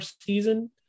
season